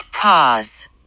Pause